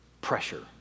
pressure